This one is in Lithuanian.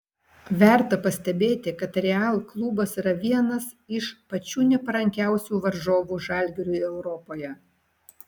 verta pastebėti kad real klubas yra vienas iš pačių neparankiausių varžovų žalgiriui europoje